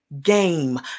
game